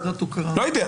לא יודע.